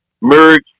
merge